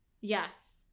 Yes